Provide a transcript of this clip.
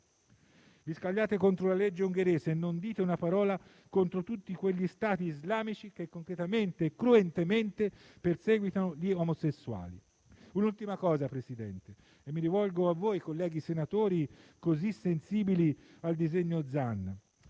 Vi scagliate contro la legge ungherese e non dite una parola contro tutti quegli Stati islamici che concretamente e cruentemente perseguitano gli omosessuali. Un'ultima cosa, Presidente, e mi rivolgo a voi, colleghi senatori, così sensibili al disegno di